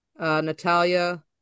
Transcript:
Natalia